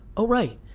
oh right,